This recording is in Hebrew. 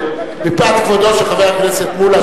מפאת כבודו של חבר הכנסת מולה,